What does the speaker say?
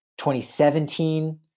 2017